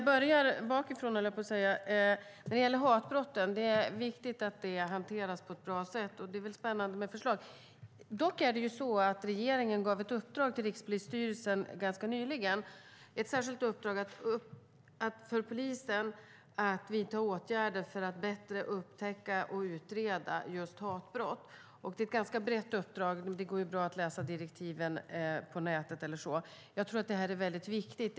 Herr talman! Det är viktigt att hatbrotten hanteras på ett bra sätt, och det är spännande med förslag. Dock gav regeringen ett uppdrag till Rikspolisstyrelsen ganska nyligen. Det var ett särskilt uppdrag för polisen att vidta åtgärder för att bättre upptäcka och utreda just hatbrott. Det är ett ganska brett uppdrag. Det går att läsa direktiven på nätet. Det är väldigt viktigt.